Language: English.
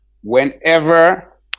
whenever